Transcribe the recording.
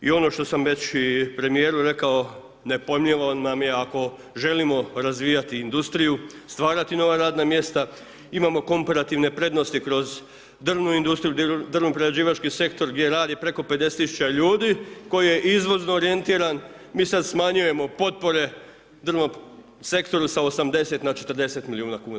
I ono što sam već i Premijeru rekao nepojmljivo nam je ako želimo razvijati industriju, stvarati nova radna mjesta, imamo komparativne prednosti kroz drvnu industriju, drvno-prerađivački sektor gdje radi preko 50 tisuća ljudi koji je izvozno orijentiran, mi sad smanjujemo potpore sektoru s 80 na 40 milijuna kuna.